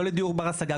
לא לדיור בר השגה.